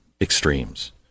extremes